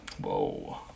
Whoa